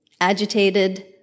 agitated